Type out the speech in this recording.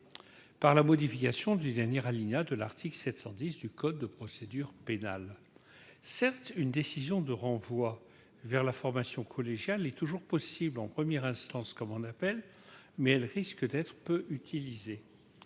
par la modification du dernier alinéa de l'article 710 du code de procédure pénale. Certes, une décision de renvoi vers la formation collégiale est toujours possible, en première instance comme en appel, mais elle risque d'être peu utilisée.